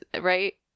right